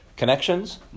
connections